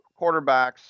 quarterbacks